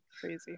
Crazy